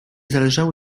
zależało